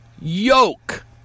yoke